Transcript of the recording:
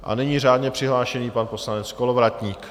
A nyní řádně přihlášený pan poslanec Kolovratník.